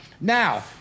Now